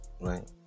Right